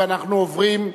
ואנחנו עוברים,